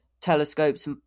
telescopes